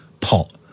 pot